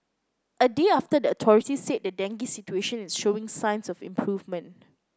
a day after the authorities said the dengue situation is showing signs of improvement